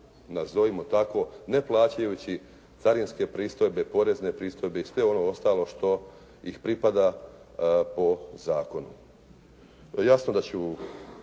nazovimo tako ne plaćajući carinske pristojbe, porezne pristojbe i sve ono ostalo što ih pripada po zakonu. Jasno da ću